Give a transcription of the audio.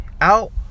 out